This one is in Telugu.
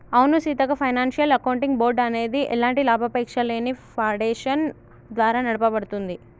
అవును సీతక్క ఫైనాన్షియల్ అకౌంటింగ్ బోర్డ్ అనేది ఎలాంటి లాభాపేక్షలేని ఫాడేషన్ ద్వారా నడపబడుతుంది